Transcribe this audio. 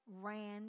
ran